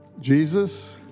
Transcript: Jesus